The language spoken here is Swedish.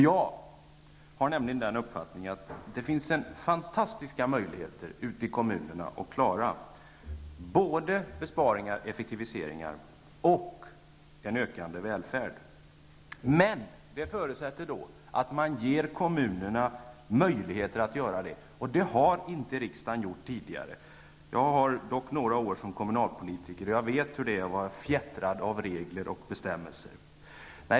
Jag har nämligen den uppfattningen att det finns fantastiska möjligheter ute i kommunerna att klara både besparingar, effektiviseringar och en ökande välfärd. Men det förutsätter att man ger kommunerna möjligheter. Det har riksdagen inte gjort tidigare. Jag har varit kommunalpolitiker några år och vet hur det är att vara fjättrad av regler och bestämmelser.